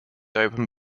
open